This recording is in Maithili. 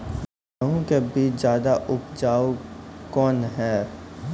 गेहूँ के बीज ज्यादा उपजाऊ कौन है?